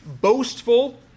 boastful